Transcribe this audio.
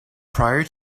prior